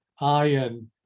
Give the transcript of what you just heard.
iron